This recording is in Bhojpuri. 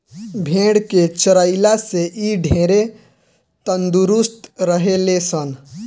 भेड़ के चरइला से इ ढेरे तंदुरुस्त रहे ले सन